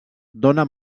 dóna